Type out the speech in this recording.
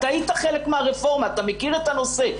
אתה היית חלק מהרפורמה, אתה מכיר את הנושא.